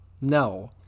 no